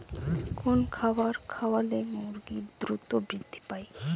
কোন খাবার খাওয়ালে মুরগি দ্রুত বৃদ্ধি পায়?